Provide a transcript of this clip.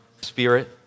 spirit